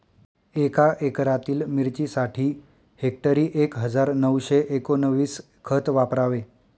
एका एकरातील मिरचीसाठी हेक्टरी एक हजार नऊशे एकोणवीस खत वापरावे